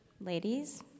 Ladies